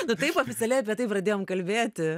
tada taip oficialiai apie tai pradėjom kalbėti